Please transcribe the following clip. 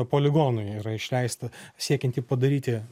poligonui yra išleista siekiant jį padaryti